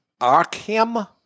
Arkham